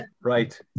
Right